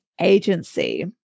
agency